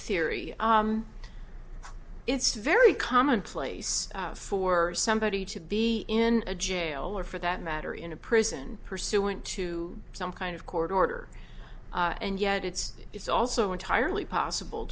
theory it's very commonplace for somebody to be in a jail or for that matter in a prison pursuant to some kind of court order and yet it's it's also entirely possible